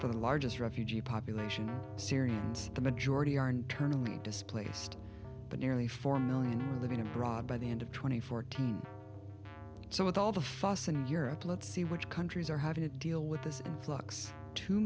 for the largest refugee population syria and the majority are internally displaced but nearly four million living abroad by the end of twenty fourteen so with all the fuss in europe let's see which countries are having to deal with this influx two